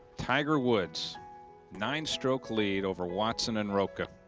tiger woods nine stroke lead over watson and rocca.